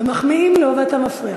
מחמיאים לו ואתה מפריע.